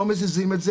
לא מזיזים את זה.